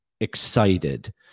excited